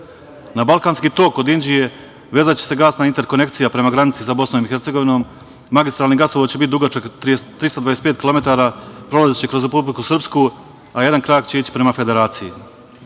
Balkanski tok od Inđije vezaće se gasna interkonekcija prema granici sa Bosnom i Hercegovinom. Magistralni gasovod će biti dugačak 325 kilometara, prolaziće kroz Republiku Srpsku, a jedan krak će ići prema Federaciji. Kapacitet